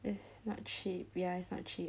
is not cheap yeah it's not cheap